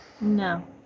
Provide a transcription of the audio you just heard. No